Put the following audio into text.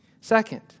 Second